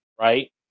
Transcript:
right